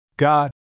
God